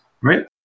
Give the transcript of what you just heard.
right